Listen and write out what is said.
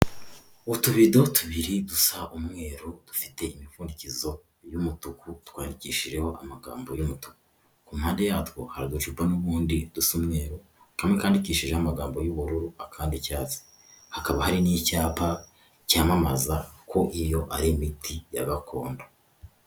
Utubido tubiri gusa umweru dufite imivunikizo y'umutuku twandikishijeho amagambo y'umutu ku mpande yatwo haducupa n'ubundi ducmweru tu twikanyandikishijeho amagambo y'ubururu akanditsi hakaba hari n'icyapa cyamamaza ko iyo ari imiti ya gakondo.